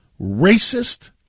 racist